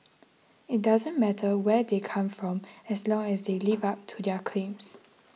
it doesn't matter where they come from as long as they live up to their claims